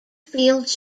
fields